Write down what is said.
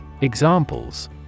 Examples